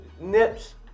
Nips